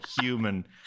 human